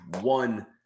one